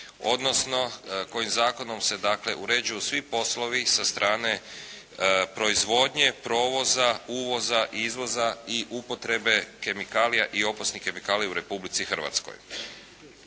odnosno kojim zakonom se dakle uređuju svi poslovi sa strane proizvodnje, provoza, uvoza i izvoza i upotrebe kemikalija i opasnih kemikalija u Republici Hrvatskoj.